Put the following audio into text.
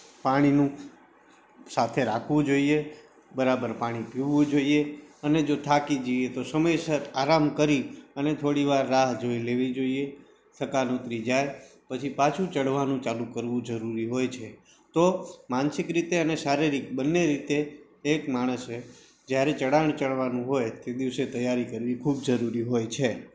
પાણીનું સાથે રાખવું જોઈએ બરાબર પાણી પીવું જોઈએ અને જો થાકી જઈએ તો સમયસર આરામ કરી અને થોડીવાર રાહ જોઈ લેવી જોઈએ થકાન ઉતરી જાય પછી પાછું ચઢવાનું ચાલુ કરવું જરૂરી હોય છે તો માનસિક રીતે અને શારીરિક બંને રીતે એક માણસે જયારે ચઢાણ ચઢવાનું હોય તે દિવસે તૈયારી કરવી ખૂબ જરૂરી હોય છે